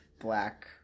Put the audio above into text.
black